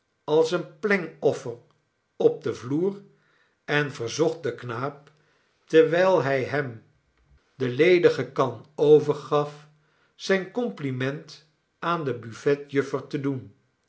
als een plengoffer op denvloer en verzocht den knaap terwijl hij hem de ledige kan overgaf zijn compliment aan de buffetjuffer te doen